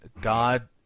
God